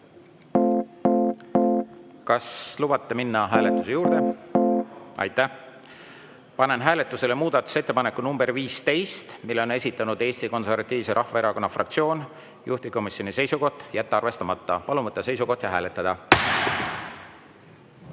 Kas lubate minna hääletuse juurde? (Saal on nõus.) Aitäh! Panen hääletusele muudatusettepaneku nr 15, mille on esitanud Eesti Konservatiivse Rahvaerakonna fraktsioon, juhtivkomisjoni seisukoht: jätta arvestamata. Palun võtta seisukoht ja hääletada!